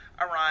Iran